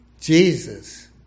Jesus